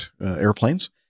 airplanes